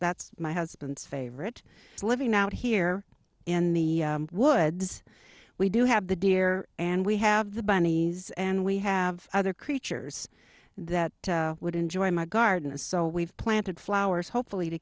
that's my husband's favorite so living out here in the woods we do have the deer and we have the bunnies and we have other creatures that would enjoy my garden and so we've planted flowers hopefully to